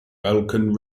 falcon